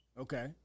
Okay